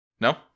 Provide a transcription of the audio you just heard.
No